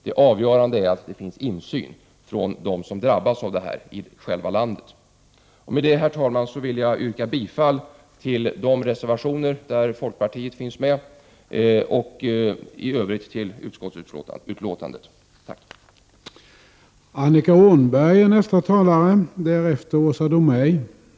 Det avgörande är att det finns insyn från dem som drabbas av detta i det land som det handlar om. Med det anförda, herr talman, vill jag yrka bifall till de reservationer där folkpartister finns med och i övrigt till utskottets hemställan.